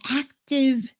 active